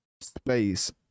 space